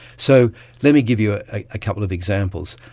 so let me give you ah a ah couple of examples.